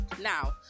Now